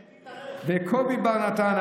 ולקובי בר נתן,